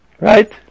Right